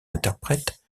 interprète